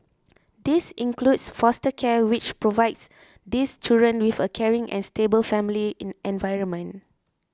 this includes foster care which provides these children with a caring and stable family in environment